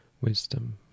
wisdom